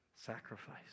sacrifice